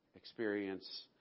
experience